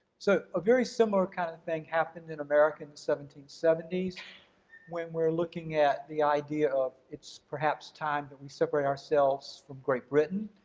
so, a very similar kind of thing happened in america in seventeen seventy s when we're looking at the idea of it's perhaps time that we separate ourselves from great britain.